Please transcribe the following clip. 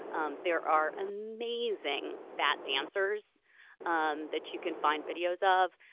um there are amazing fat dancers um that you can find videos of.